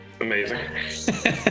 amazing